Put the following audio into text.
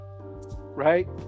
Right